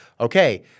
okay